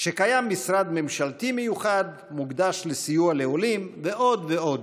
שקיים משרד ממשלתי מיוחד שמוקדש לסיוע לעולים ועוד ועוד,